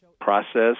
process